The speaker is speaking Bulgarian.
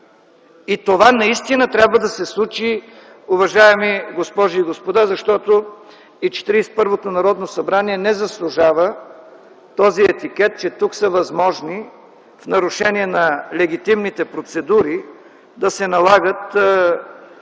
Това наистина трябва да се случи, уважаеми госпожи и господа, защото и 41-то Народно събрание не заслужава този етикет, че тук са възможни нарушения на легитимните процедури да се налагат